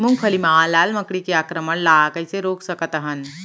मूंगफली मा लाल मकड़ी के आक्रमण ला कइसे रोक सकत हन?